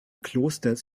klosters